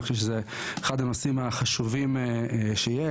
אני חושב שזה אחד הנושאים החשובים שיש.